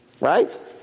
Right